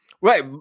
Right